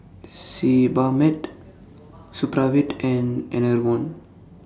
Sebamed Supravit and Enervon